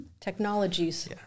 technologies